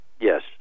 Yes